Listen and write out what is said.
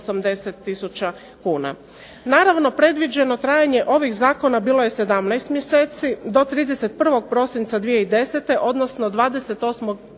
Naravno predviđeno trajanje ovih zakona bilo je 17 mjeseci do 31. prosinca 2010. odnosno 28.